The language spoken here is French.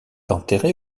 enterré